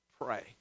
pray